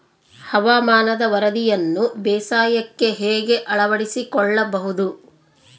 ಹವಾಮಾನದ ವರದಿಯನ್ನು ಬೇಸಾಯಕ್ಕೆ ಹೇಗೆ ಅಳವಡಿಸಿಕೊಳ್ಳಬಹುದು?